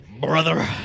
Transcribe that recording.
Brother